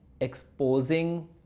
exposing